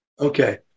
Okay